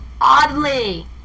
Oddly